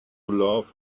laugh